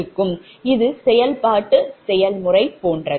இது செயல்பாட்டு செயல்முறை போன்றது